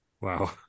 Wow